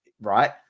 Right